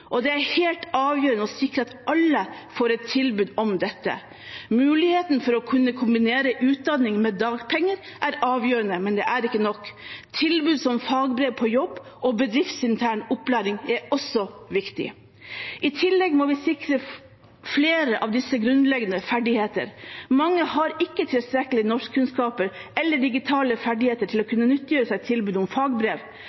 og det er helt avgjørende å sikre at alle får et tilbud om dette. Muligheten for å kunne kombinere utdanning med dagpenger er avgjørende, men det er ikke nok. Tilbud som fagbrev på jobb og bedriftsintern opplæring er også viktig. I tillegg må vi sikre flere av disse grunnleggende ferdigheter. Mange har ikke tilstrekkelige norskkunnskaper eller digitale ferdigheter til å